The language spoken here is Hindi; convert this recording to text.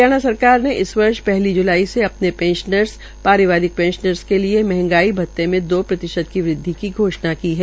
हरियाणा सरकार ने इस वर्ष पहली ज्लाई से अपने पेंशनर्स पारिवारिक पेंशनर्स के लिए मंहगाई भत्ते में दो प्रतिशत की वृद्वि की घोषणा की है